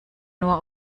nur